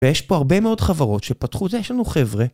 ויש פה הרבה מאוד חברות שפתחו את זה, יש לנו חבר'ה